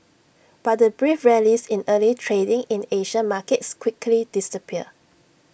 but the brief rallies in early trading in Asian markets quickly disappeared